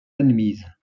admises